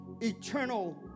eternal